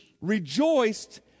rejoiced